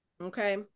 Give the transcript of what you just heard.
okay